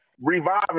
Reviving